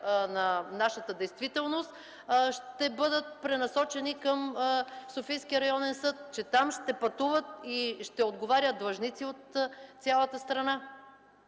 на нашата действителност ще бъдат пренасочени към Софийския районен съд? Че дотук ще пътуват, за да отговарят длъжници от цялата страна?